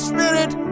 Spirit